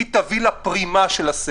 זה מה שיביא לפרימת הסגר.